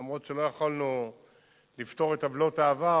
אף שלא יכולנו לפתור את עוולות העבר,